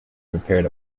prepared